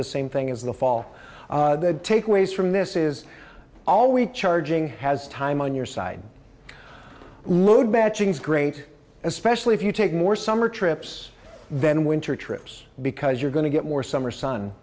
the same thing as the fall takeaways from this is all we charging has time on your side load matching is great especially if you take more summer trips than winter trips because you're going to get more summer s